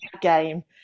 game